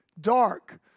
dark